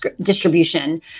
distribution